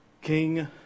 King